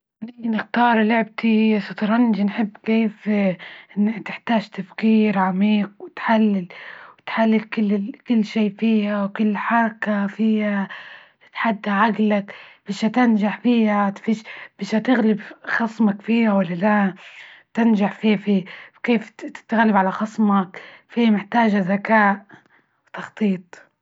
أنى نختار لعبتي الشطرنج، نحب كيف تحتاج تفكير عميق، وتحلل- وتحلل كل- كل شي فيها، وكل حركة فيها تتحدى عجلك بش تنجح فيها تفش، بش تغلب خصمك فيها، ولا لا تنجح في- في، كيف تتغلب على خصمك؟ في محتاجة ذكاء وتخطيط.